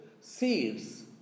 seeds